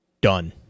done